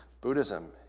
Buddhism